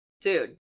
Dude